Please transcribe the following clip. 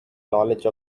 knowledge